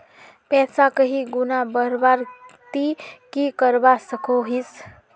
पैसा कहीं गुणा बढ़वार ती की करवा सकोहिस?